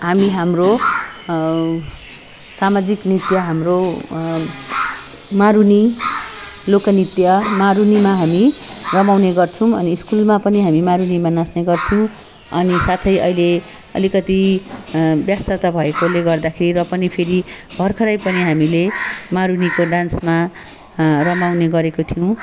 हामी हाम्रो सामाजिक नृत्य हाम्रो मारुनी लोक नृत्य मारुनीमा हामी रमाउने गर्छौँ अनि स्कुलमा पनि हामी मारुनीमा नाच्ने गर्छौँ अनि साथै अहिले अलिकति व्यस्तता भएकोले गर्दाखेरि र पनि फेरि भर्खरै पनि हामी मारुनीको डान्समा रमाउने गरेको थियौँ